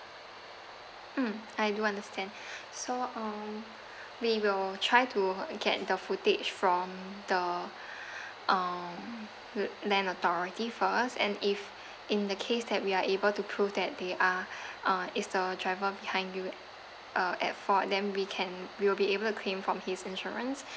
um I do understand so um we will try to get the footage from the um land authority first and if in the case that we are able to prove that they are uh it's the driver behind you uh at fault then we can we'll be able claim from his insurance